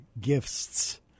gifts